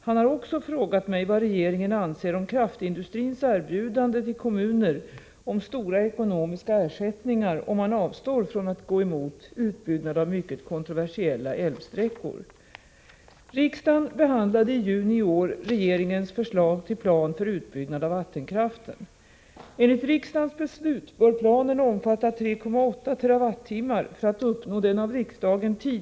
Han har också frågat mig vad regeringen anser om kraftindustrins erbjudande till kommuner om stora ekonomiska ersättningar om man avstår från att gå emot utbyggnad av mycket kontroversiella älvsträckor.